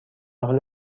حال